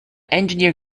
engineer